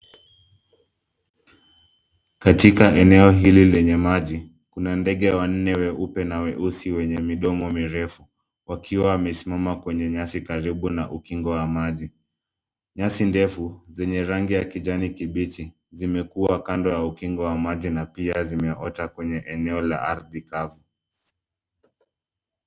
Katika eneo hili lenye maji, kuna ndege wanne weupe na weusi wenye midomo mirefu wakiwa wamesimama kwenye nyasi karibu na ukingo wa maji. Nyasi ndefu zenye rangi ya kijani kibichi zimekua kando ya ukingo wa maji na pia zimeota kwenye eneo la ardhi kavu.